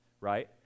right